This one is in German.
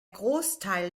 großteil